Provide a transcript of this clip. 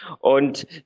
Und